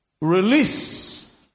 release